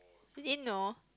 you didn't know